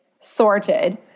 sorted